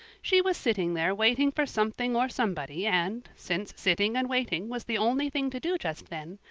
she was sitting there waiting for something or somebody and, since sitting and waiting was the only thing to do just then,